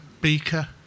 Beaker